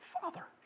father